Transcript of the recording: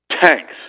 Tanks